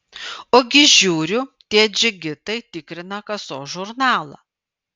ogi žiūriu tie džigitai tikrina kasos žurnalą